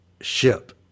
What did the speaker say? ship